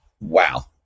wow